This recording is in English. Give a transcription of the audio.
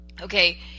okay